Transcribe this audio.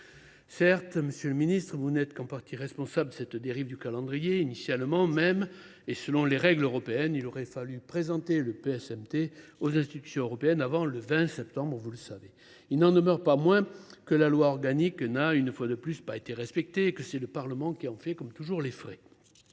Certes, monsieur le ministre, vous n’êtes qu’en partie responsable de cette dérive du calendrier. Selon les règles européennes, il aurait même fallu présenter le PSMT aux institutions européennes avant le 20 septembre ! Il n’en demeure pas moins que la loi organique n’a, une fois de plus, pas été respectée, et que c’est le Parlement qui en fait les frais